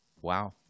wow